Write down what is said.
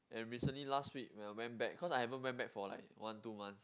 and recently last week when I went back cause I haven't went back for like one two months